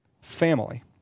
family